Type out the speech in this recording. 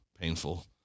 Painful